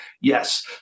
Yes